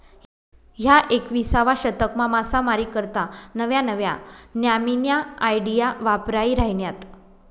ह्या एकविसावा शतकमा मासामारी करता नव्या नव्या न्यामीन्या आयडिया वापरायी राहिन्यात